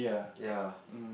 ya